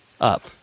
up